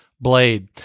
blade